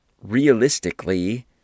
realistically